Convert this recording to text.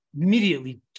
Immediately